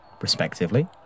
respectively